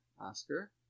oscar